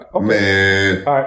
Man